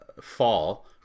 fall